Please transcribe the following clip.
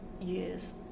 years